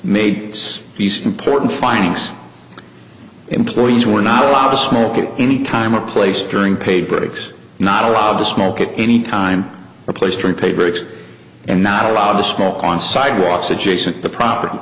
its these important findings employees were not allowed to smoke at any time or place during paid critics not allowed to smoke at any time or place three pay breaks and not allowed to smoke on sidewalks adjacent the property